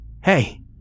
hey